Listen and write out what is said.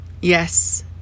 yes